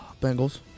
Bengals